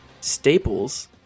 staples